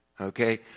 okay